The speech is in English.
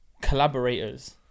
collaborators